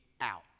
out